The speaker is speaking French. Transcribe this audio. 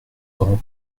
grand